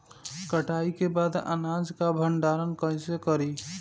कटाई के बाद अनाज का भंडारण कईसे करीं?